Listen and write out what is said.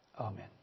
Amen